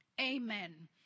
Amen